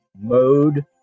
mode